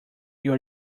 your